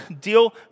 deal